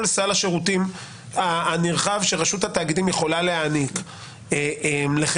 סל השירותים הנרחב שרשות התאגידים יכולה להעניק לחברה,